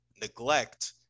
neglect